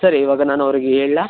ಸರಿ ಇವಾಗ ನಾನು ಅವ್ರಿಗೆ ಹೇಳಲಾ